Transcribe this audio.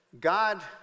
God